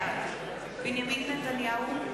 בעד בנימין נתניהו,